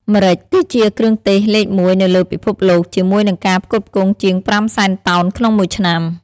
ម្រេច គឺជាគ្រឿងទេសលេខមួយនៅលើពិភពលោក ជាមួយនឹងការផ្គត់ផ្គង់ជាង ៥ សែនតោនក្នុងមួយឆ្នាំ។